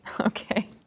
Okay